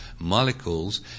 Molecules